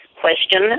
question